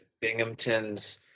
Binghamton's